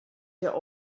der